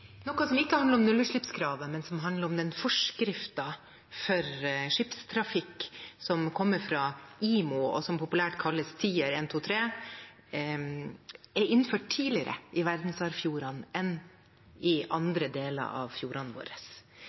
ikke handler om nullutslippskravet, men som handler om den forskriften for skipstrafikk som kommer fra IMO, og som populært kalles Tier I, II, III, er innført tidligere i verdensarvfjordene enn i andre deler av fjordene våre.